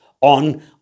on